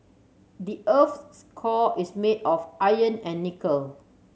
the core is made of iron and nickel